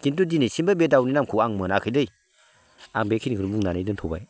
खिन्थु दिनैसिमबो बे दाउनि नामखौ आं मोनाखैदै आं बेखिनिखौनो बुंनानै दोनथ'बाय